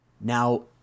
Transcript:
Now